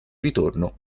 ritorno